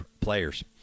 players